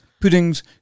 puddings